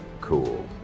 Cool